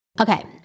Okay